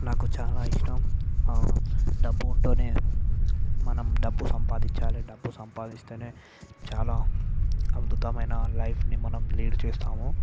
నాకు చాలా ఇష్టం అవును డబ్బు ఉంటూనే మనం డబ్బు సంపాదించాలి డబ్బు సంపాదిస్తేనే చాలా అద్భుతమైన లైఫ్ని మనం లీడ్ చేస్తాము